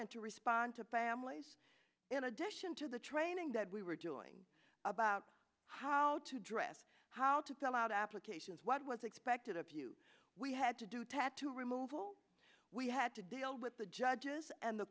and to respond to families in addition to the training that we were doing about how to dress how to fill out applications what was expected of you we had to do tattoo removal we had to deal with the judges and the